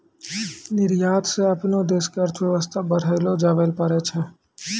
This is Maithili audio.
निर्यात स अपनो देश के अर्थव्यवस्था बढ़ैलो जाबैल पारै छै